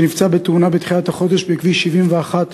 שנפצע בתאונה בתחילת החודש בכביש 71,